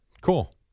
Cool